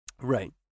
Right